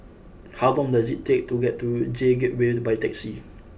how long does it take to get to J Gateway by taxi